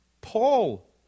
Paul